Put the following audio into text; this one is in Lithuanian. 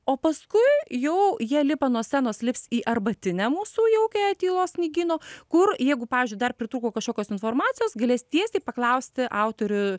o paskui jau jie lipa nuo scenos lips į arbatinę mūsų jaukiąją tylos knygyno kur jeigu pavyzdžiui dar pritrūko kažkokios informacijos galės tiesiai paklausti autorių